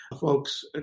folks